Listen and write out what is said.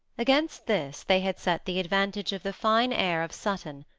against this they had set the advantage of the fine air of sutton,